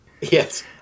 Yes